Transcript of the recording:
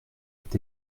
est